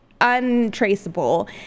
untraceable